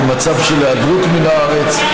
כי במצב של היעדרות מן הארץ,